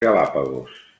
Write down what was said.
galápagos